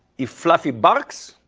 if fluffy barks,